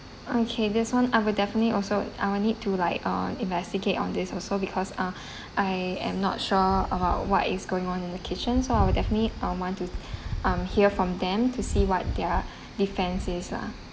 okay this [one] I will definitely also I will need to like uh investigate on this also because ah I am not sure about what is going on in the kitchen so I would definitely uh want to um hear from them to see what their defence is lah